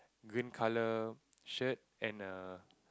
green colour shirt and a